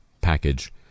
package